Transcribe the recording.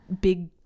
big